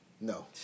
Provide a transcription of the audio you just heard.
No